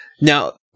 Now